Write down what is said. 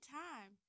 time